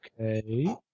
Okay